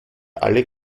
alle